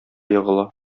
егыла